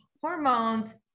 hormones